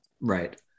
Right